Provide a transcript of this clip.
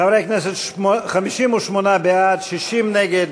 חברי הכנסת, 58 בעד, 60 נגד.